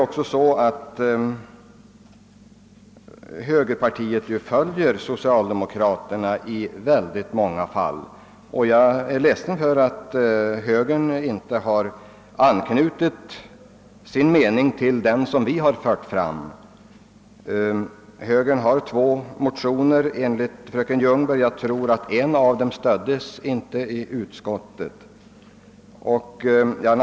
Högerpartiet följer ju faktiskt socialdemokraterna i många fall, och jag är ledsen att högern inte har biträtt den av oss framförda uppfattningen. Högern har enligt fröken Ljungberg två motioner i det ärende vi diskuterar och jag tror att en av dem inte fick något stöd i utskottet ens från högern.